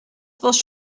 was